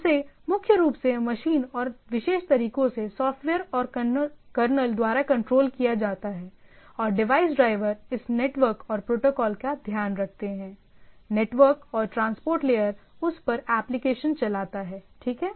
उसे मुख्य रूप से मशीन और विशेष तरीकों के सॉफ्टवेयर और कर्नेल द्वारा कंट्रोल किया जाता है और डिवाइस ड्राइवर इस नेटवर्क और प्रोटोकॉल का ध्यान रखते हैं नेटवर्क और ट्रांसपोर्ट लेयर उस पर एप्लीकेशन चलाता है ठीक है